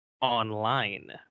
online